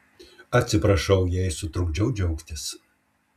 atsiprašau jei sutrukdžiau džiaugtis